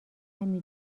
کمی